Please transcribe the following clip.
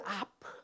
up